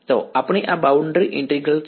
તો આ મારી બાઉન્ડ્રી ઇન્ટીગ્રલ છે